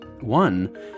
One